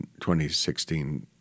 2016